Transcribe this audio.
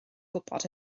gwybod